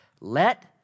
Let